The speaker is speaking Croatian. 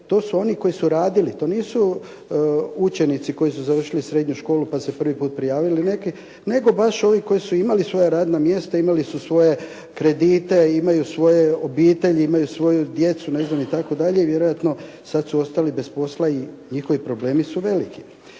to su oni koji su radili, to nisu učenici koji su završili srednju školu pa se prvi put prijavili, nego baš ovi koji su imali svoja radna mjesta, imali su svoje kredite, imaju svoje obitelji, imaju svoju djecu, ne znam itd., vjerojatno sad su ostali bez posla i njihovi problemi su veliki.